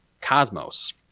cosmos